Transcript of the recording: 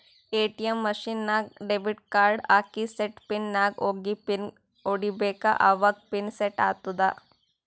ATM machine ನಾಗ್ debit card ಹಾಕಿ set pin ನಾಗ್ ಹೋಗಿ ಪಿನ್ ಹೊಡಿಬೇಕ ಅವಾಗ ಪಿನ್ ಸೆಟ್ ಆತ್ತುದ